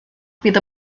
fydd